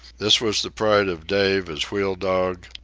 this was the pride of dave as wheel-dog,